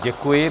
Děkuji.